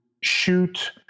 shoot